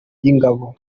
y’ingabo